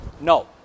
No